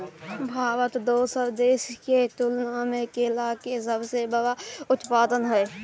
भारत दोसर देश के तुलना में केला के सबसे बड़ उत्पादक हय